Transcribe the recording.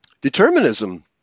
determinism